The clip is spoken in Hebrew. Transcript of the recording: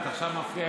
ואתה עכשיו מפריע,